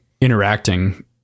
interacting